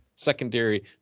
secondary